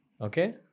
Okay